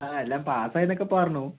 ആ എല്ലാം പാസ് ആയിന്നൊക്കെ പറഞ്ഞു